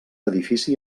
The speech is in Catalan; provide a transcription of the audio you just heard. edifici